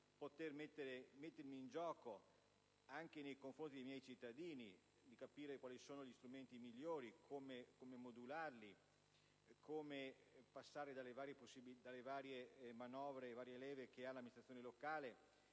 potermi mettere in gioco anche nei confronti dei miei cittadini, di capire quali sono gli strumenti migliori, come modularli e passare alle varie manovre e alle varie leve che ha l'amministrazione locale